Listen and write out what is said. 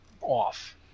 off